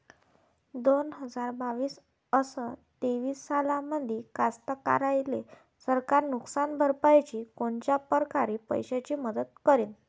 दोन हजार बावीस अस तेवीस सालामंदी कास्तकाराइले सरकार नुकसान भरपाईची कोनच्या परकारे पैशाची मदत करेन?